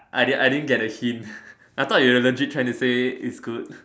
I didn't I didn't get the hint I thought you allergic trying to say is good